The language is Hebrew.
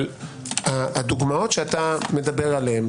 אבל הדוגמאות שאתה מדבר עליהן,